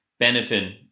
Benetton